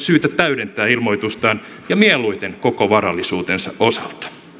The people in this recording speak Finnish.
syytä täydentää ilmoitustaan ja mieluiten koko varallisuutensa osalta